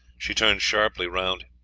she turned sharply round,